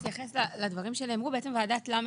שזה עלה בוועדה לראש